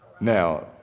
Now